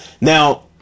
Now